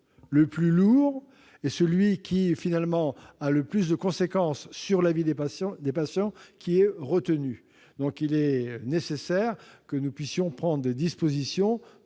le plus lourd, et celui qui, en définitive, a le plus de conséquences sur la vie des patients, qui est retenu. Il est donc nécessaire que nous puissions prendre des dispositions